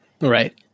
Right